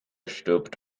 stirbt